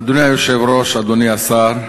אדוני היושב-ראש, אדוני השר,